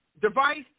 device